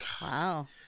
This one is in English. wow